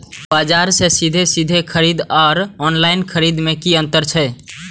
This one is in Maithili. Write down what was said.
बजार से सीधे सीधे खरीद आर ऑनलाइन खरीद में की अंतर छै?